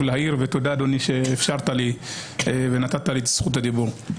להעיר ותודה אדוני שאפשרת לי ונתת לי את זכות הדיבור.